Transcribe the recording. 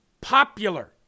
popular